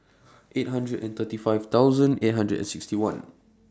eight hundred and thirty five thousand eight hundred and sixty one